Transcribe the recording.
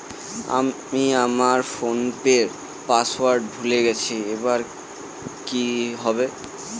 আমি আমার ফোনপের পাসওয়ার্ড ভুলে গেছি এবার কি হবে?